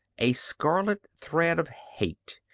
a scarlet thread of hate,